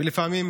ולפעמים,